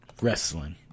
Wrestling